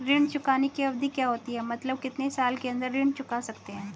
ऋण चुकाने की अवधि क्या होती है मतलब कितने साल के अंदर ऋण चुका सकते हैं?